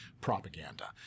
propaganda